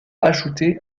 ajoutés